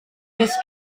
his